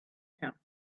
him